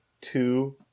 two